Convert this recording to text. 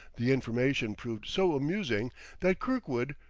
the information proved so amusing that kirkwood,